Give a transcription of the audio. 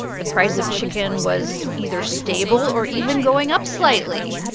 the price of chicken was either stable or even going up slightly,